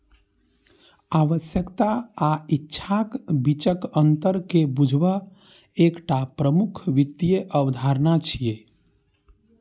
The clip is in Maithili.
आवश्यकता आ इच्छाक बीचक अंतर कें बूझब एकटा प्रमुख वित्तीय अवधारणा छियै